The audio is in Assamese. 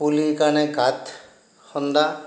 পুলিৰ কাৰণে গাত খন্দা